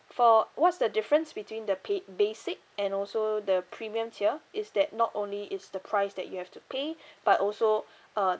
for what's the difference between the pa~ basic and also the premium tier is that not only it's the price that you have to pay but also uh